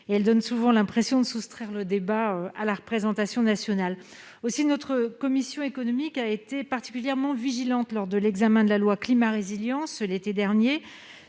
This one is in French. et elle donne souvent l'impression de soustraire le débat à la représentation nationale aussi notre commission économique a été particulièrement vigilante lors de l'examen de la loi climat résilience l'été dernier